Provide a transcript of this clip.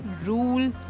rule